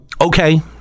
Okay